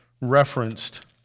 referenced